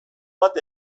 bat